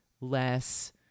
less